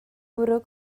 bwrw